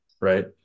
right